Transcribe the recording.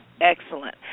excellent